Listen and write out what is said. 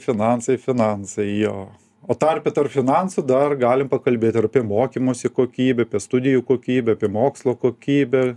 finansai finansai jo o tarpe tarp finansų dar galim pakalbėt ir apie mokymosi kokybę apie studijų kokybę apie mokslo kokybę